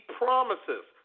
promises